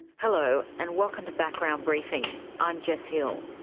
hello, and welcome to background briefing, i'm jess hill.